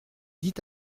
dit